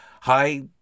hi